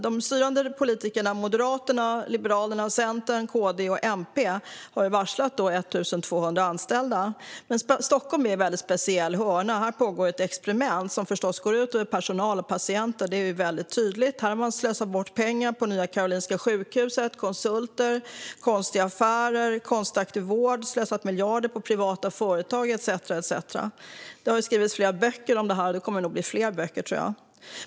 De styrande politikerna från Moderaterna, Liberalerna, Centern, KD och MP har varslat 1 200 anställda. Stockholm är en väldigt speciell hörna. Här pågår ett experiment som går ut över personal och patienter. Detta är tydligt. Här har man slösat bort pengar på Nya Karolinska, konsulter, konstiga affärer och konstig vård. Man har slösat miljarder på privata företag etcetera. Det har skrivits flera böcker om detta, och det kommer nog att bli fler.